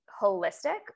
holistic